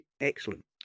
excellent